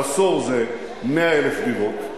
על עשור זה 100,000 דירות.